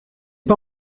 pas